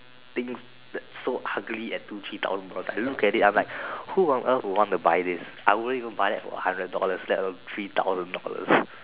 thing that so ugly at two three thousand dollar I look at it I'm like who will want to buy this I won't even buy that for one hundred dollars let alone three thousand dollars